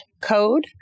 code